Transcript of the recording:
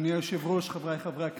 אדוני היושב-ראש, חבריי חברי הכנסת,